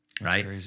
Right